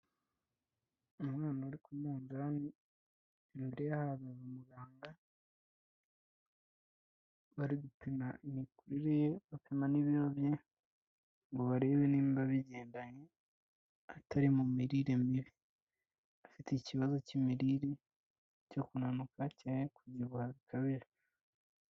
Umwana uri k’umunzani, imbere ye hahagaze umuganga bari gupima imikurire ye, bapima n'ibiro bye ngo barebe niba bigendanye, atari mu mirire mibi, afite ikibazo cy'imirire cyo kunanuka cyangwa kubyibuha bikabije.